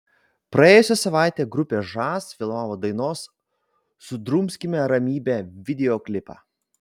praėjusią savaitę grupė žas filmavo dainos sudrumskime ramybę videoklipą